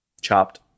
chopped